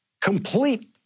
complete